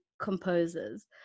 composers